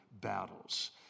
battles